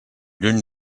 lluny